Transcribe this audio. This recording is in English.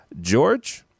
George